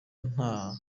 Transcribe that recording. nta